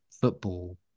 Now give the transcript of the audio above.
football